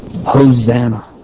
Hosanna